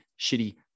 shitty